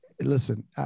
Listen